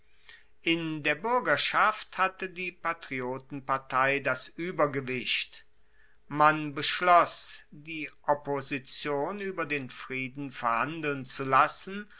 in der buergerschaft hatte die patriotenpartei das uebergewicht man beschloss die opposition ueber den frieden verhandeln zu lassen